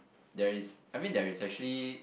there is I mean there is actually